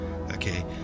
okay